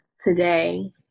today